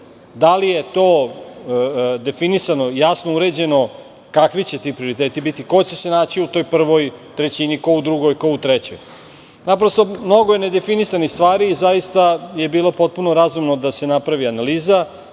Da li je to definisano, jasno uređeno kakvi će ti prioriteti biti, ko će se naći u toj prvoj trećini, ko u drugoj, ko u trećoj? Naprosto, mnogo je nedefinisanih stvari i zaista je bilo potpuno razumno da se napravi analiza,